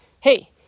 Hey